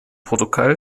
portugal